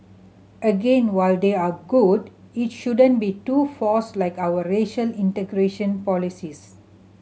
again while they are good it shouldn't be too forced like our racial integration policies